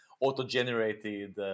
auto-generated